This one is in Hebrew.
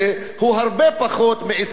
הוא הרבה פחות מ-20%,